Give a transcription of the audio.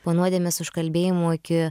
po nuodėmės užkalbėjimo iki